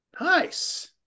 Nice